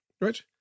right